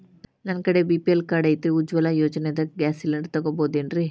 ನನ್ನ ಕಡೆ BPL card ಐತ್ರಿ, ಉಜ್ವಲಾ ಯೋಜನೆದಾಗ ಗ್ಯಾಸ್ ಸಿಲಿಂಡರ್ ತೊಗೋಬಹುದೇನ್ರಿ?